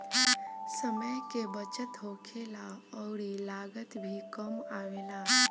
समय के बचत होखेला अउरी लागत भी कम आवेला